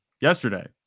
yesterday